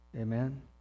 Amen